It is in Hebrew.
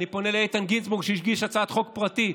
אני פונה לאיתן גינזבורג, שהגיש הצעת חוק פרטית,